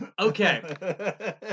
okay